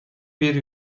bir